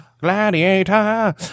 Gladiator